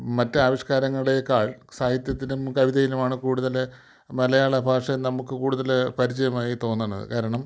മറ്റ് ആവിഷ്ക്കാരങ്ങളെക്കാൾ സാഹിത്യത്തിലും കവിതയിലുമാണ് കൂടുതൽ മലയാളഭാഷ നമുക്ക് കൂടുതൽ പരിചയമായി തോന്നണത് കാരണം